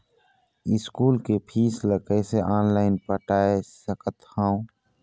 School के fees ला कैसे ऑनलाइन पटाए सकत हव?